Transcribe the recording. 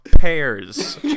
pears